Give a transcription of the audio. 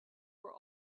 were